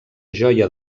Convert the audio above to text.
joia